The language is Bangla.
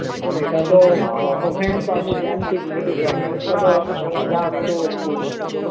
দেখুন এটা তো ডকুমেন্টস আপনি দেন থেকে কি কিন্তু ডকুমেন্টসটা তো আমরা তো